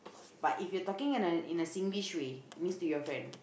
but if your talking in a in a Singlish way means to your friend